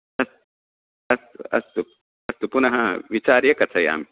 अस्तु अस्तु अस्तु अस्तु अस्तु पुनः विचार्य कथयामि